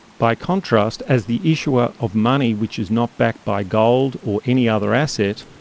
by contrast, as the issuer of money which is not backed by gold or any other asset,